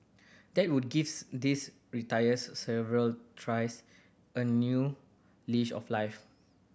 that would gives these retirees several tries a new leash of life